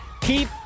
keep